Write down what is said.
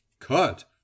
cut